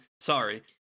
sorry